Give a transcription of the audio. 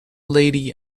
lady